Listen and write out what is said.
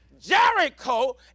jericho